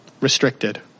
restricted